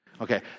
Okay